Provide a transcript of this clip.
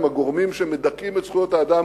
עם גורמים שמטאטאים את זכויות האדם